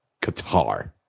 Qatar